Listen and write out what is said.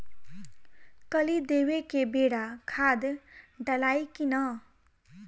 कली देवे के बेरा खाद डालाई कि न?